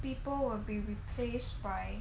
people will be replaced by